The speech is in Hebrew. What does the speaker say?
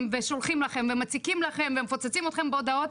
ושולחים לכם ומציקים לכם ומפוצצים אתכם בהודעות,